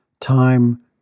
time